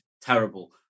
Terrible